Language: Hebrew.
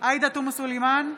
עאידה תומא סלימאן,